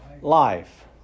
Life